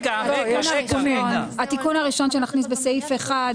בתוך החוק המקורי יש הפניה למי שהוא בן 6